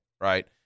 Right